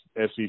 SEC